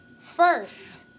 First